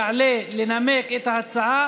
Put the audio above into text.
יעלה לנמק את ההצעה